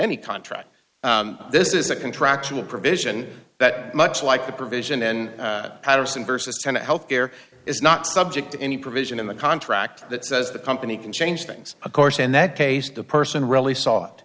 any contract this is a contractual provision that much like the provision in patterson versus kind of health care is not subject to any provision in the contract that says the company can change things of course in that case the person really so